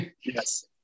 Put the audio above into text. Yes